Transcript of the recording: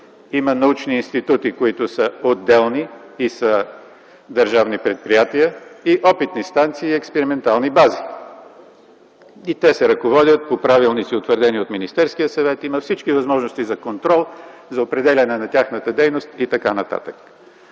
има научни институти, които са отделни и са държавни предприятия, и опитни станции и експериментални бази. И те се ръководят по правилници, утвърдени от Министерския съвет, има всички възможности за контрол, за определяне на тяхната дейност и така нататък.